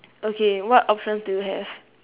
okay what options do you have